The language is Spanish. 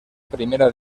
primera